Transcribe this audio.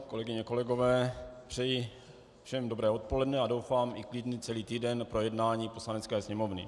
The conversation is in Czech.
Kolegyně, kolegové, přeji všem dobré odpoledne a doufám i klidný celý týden pro jednání Poslanecké sněmovny.